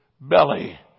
belly